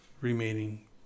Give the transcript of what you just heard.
remaining